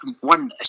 one